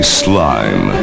slime